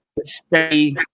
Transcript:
stay